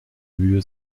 mühe